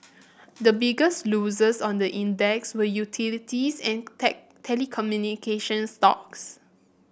the biggest losers on the index were utilities and telecommunication stocks